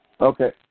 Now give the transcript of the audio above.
Okay